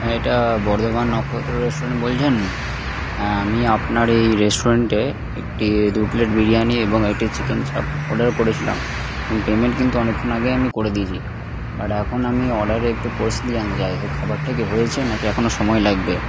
হ্যাঁ এটা বর্ধমান নক্ষত্র রেস্টুরেন্ট বলছেন হ্যাঁ আমি আপনার এই রেস্টুরেন্টে একটি দু প্লেট বিরিয়ানি এবং একটি চিকেন চাপ অর্ডার করেছিলাম পেমেন্ট কিন্তু অনেকক্ষণ আগেই আমি করে দিয়েছি বাট এখন আমি অর্ডারের একটু পরিস্থিতি জানতে চাইছি খাবারটা কি হয়েছে নাকি এখনও সময় লাগবে